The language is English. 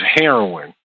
heroin